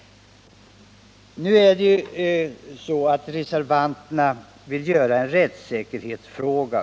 Reservanterna vill nu göra detta till en rättssäkerhetsfråga.